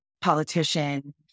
politician